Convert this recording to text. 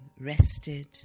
rested